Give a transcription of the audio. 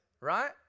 right